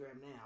now